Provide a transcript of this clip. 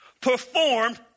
performed